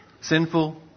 Sinful